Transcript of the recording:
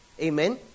Amen